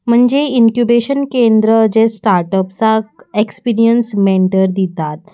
म्हणजे इन्क्युबेशन केंद्र जें स्टार्टअप्साक एक्सपिरियन्स मँटर दितात